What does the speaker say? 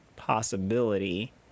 possibility